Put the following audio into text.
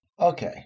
Okay